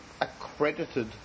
accredited